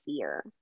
fear